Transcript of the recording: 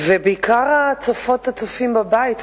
ובעיקר הצופות והצופים בבית,